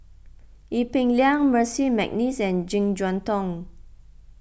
Ee Peng Liang Percy McNeice and Jek Yeun Thong